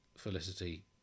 Felicity